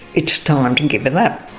it's time to give it up.